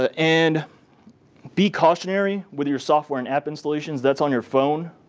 ah and be cautionary with your software and app installations. that's on your phone.